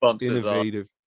innovative